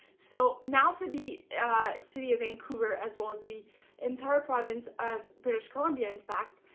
so, now for the city of vancouver, as well as the entire province of british columbia in fact,